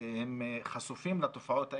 הם חשופים לתופעות האלה.